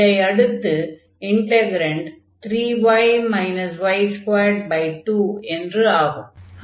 இதை அடுத்து integrand 3y y22 என்று ஆகும்